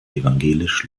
evangelisch